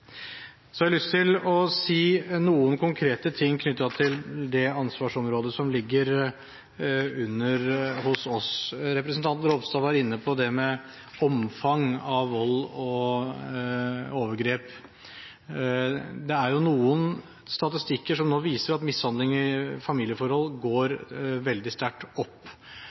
Så har jeg lyst til å si noen konkrete ting knyttet til det ansvarsområdet som ligger under oss. Representanten Ropstad var inne på det med omfang av vold og overgrep. Det er jo noen statistikker som nå viser at antallet tilfeller av mishandling i familieforhold går veldig sterkt opp,